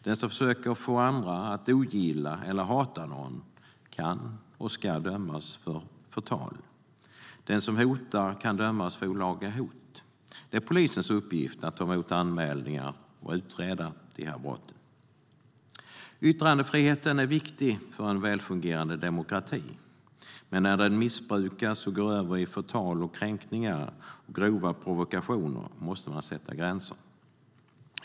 Den som försöker få andra att ogilla eller hata någon kan och ska dömas för förtal. Den som hotar kan dömas för olaga hot. Det är polisens uppgift att ta emot anmälningar och utreda dessa brott. Yttrandefriheten är viktig för en välfungerande demokrati. Men när den missbrukas och går över i förtal, kränkningar och grova provokationer måste man sätta gränser.